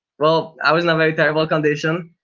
well, i was in a very terrible condition.